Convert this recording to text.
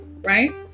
right